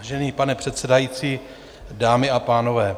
Vážený pane předsedající, dámy a pánové.